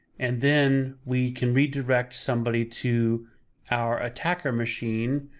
and then we can redirect somebody to our attacker machine,